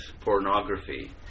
pornography